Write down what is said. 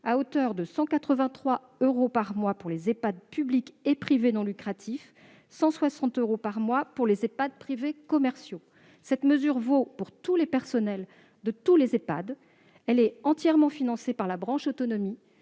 à hauteur de 183 euros par mois, pour les Ehpad publics et privés non lucratifs et de 160 euros par mois pour les Ehpad privés commerciaux. Cette mesure vaut pour tous les personnels de tous les Ehpad. Elle est entièrement financée par la branche autonomie,